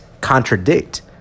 contradict